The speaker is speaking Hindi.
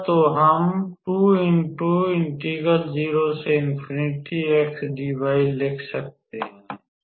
तो हम लिख सकते हैं